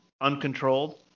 Uncontrolled